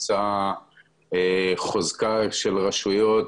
חוצה חוזקה של רשויות,